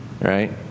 right